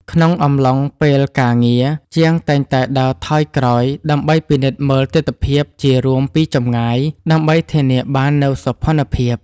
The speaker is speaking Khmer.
ក្នុងអំឡុងពេលការងារ ជាងតែងតែដើរថយក្រោយដើម្បីពិនិត្យមើលទិដ្ឋភាពជារួមពីចម្ងាយ ដើម្បីធានាបាននូវសោភ័ណភាព។